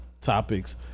topics